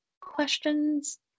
questions